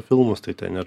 filmus tai ten ir